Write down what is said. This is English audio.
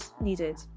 needed